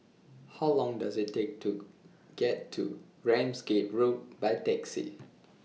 How Long Does IT Take to get to Ramsgate Road By Taxi